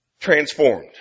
transformed